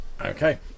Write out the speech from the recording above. Okay